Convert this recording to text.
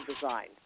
design